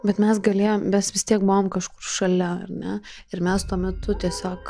bet mes galėjom mes vis tiek buvom kažkur šalia ar ne ir mes tuo metu tiesiog